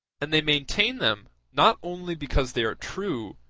and they maintain them not only because they are true,